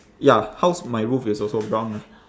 ya house my roof is also brown ah